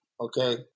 okay